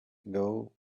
ago